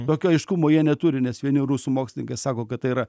tokio aiškumo jie neturi nes vieni rusų mokslininkai sako kad tai yra